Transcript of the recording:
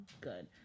good